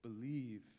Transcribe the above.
believe